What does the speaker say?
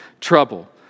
trouble